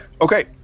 Okay